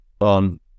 on